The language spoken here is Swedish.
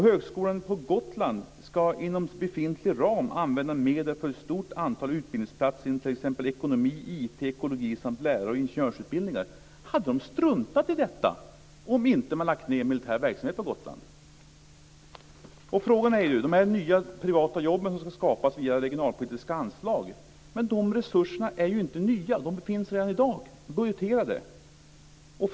Högskolan på Gotland ska inom befintlig ram använda medel för ett stort antal utbildningsplatser inom t.ex. ekonomi, IT, ekologi samt lärar och ingenjörsutbildningar. Hade de struntat i detta om man inte lagt ned militär verksamhet på Gotland? Resurserna för de nya, privata jobb som ska skapas via regionalpolitiska anslag är ju inte nya, utan de finns budgeterade redan i dag.